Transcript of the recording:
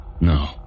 no